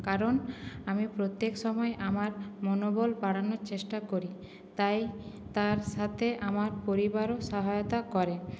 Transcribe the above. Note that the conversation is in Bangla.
কারণ আমি প্রত্যেক সময়ে আমার মনোবল বাড়ানোর চেষ্টা করি তাই তার সাথে আমার পরিবারও সহায়তা করে